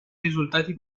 risultati